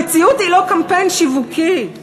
המציאות היא לא קמפיין שיווקי.